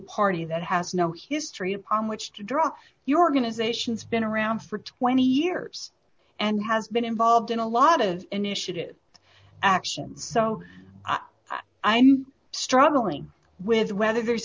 party that has no history upon which to draw your organization's been around for twenty years and has been involved in a lot of initiative action so i'm struggling with whether there's